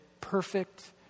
perfect